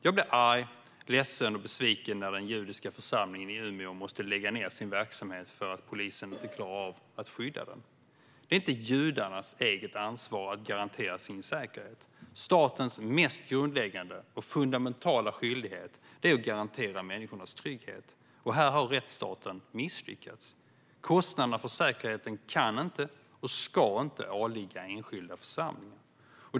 Jag blir arg, ledsen och besviken när den judiska församlingen i Umeå måste lägga ned sin verksamhet för att polisen inte klarar av att skydda den. Det är inte judarnas eget ansvar att garantera sin säkerhet. Statens mest grundläggande och fundamentala skyldighet är att garantera människornas trygghet. Här har rättsstaten misslyckats. Kostnaderna för säkerheten kan inte och ska inte åligga enskilda församlingar.